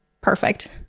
perfect